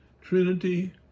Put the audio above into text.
Trinity